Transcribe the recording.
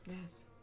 yes